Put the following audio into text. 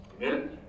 Amen